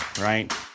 right